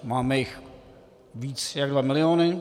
Máme jich víc jak dva miliony.